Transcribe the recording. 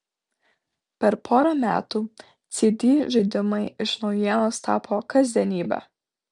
per porą metų cd žaidimai iš naujienos tapo kasdienybe